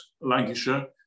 lancashire